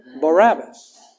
Barabbas